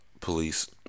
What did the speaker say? police